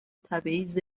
تبعیض